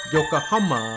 Yokohama